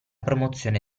promozione